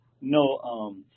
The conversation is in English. no